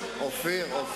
זה כמו